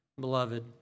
beloved